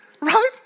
right